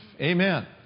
Amen